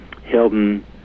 Hilton